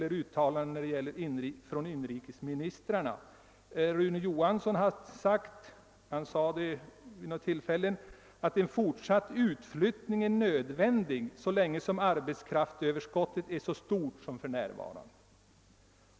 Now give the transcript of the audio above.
Rune Johansson har vid något tillfälle sagt, att en utflyttning är nödvändig så länge arbetskraftsöverskottet är så stort som för närvarande.